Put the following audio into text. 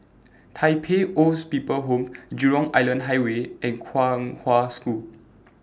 Tai Pei Old's People's Home Jurong Island Highway and Kong Hwa School